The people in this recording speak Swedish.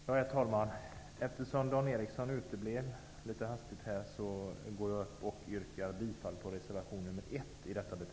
Herr talman! Eftersom Dan Eriksson i Stockholm plötsligt uteblev, yrkar jag bifall till reservation nr 1